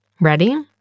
Ready